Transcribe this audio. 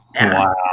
Wow